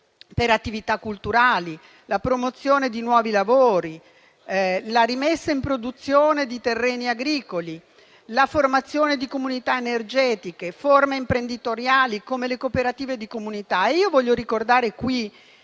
per attività culturali; promuovere nuovi lavori; la rimessa in produzione di terreni agricoli; la formazione di comunità energetiche; forme imprenditoriali come le cooperative di comunità. Voglio qui ricordare che